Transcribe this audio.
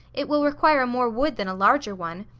it will require more wood than a larger one.